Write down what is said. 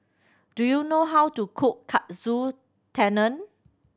do you know how to cook Katsu Tendon